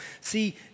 See